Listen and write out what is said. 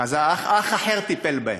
אז אח אחר טיפל בהם.